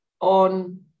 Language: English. on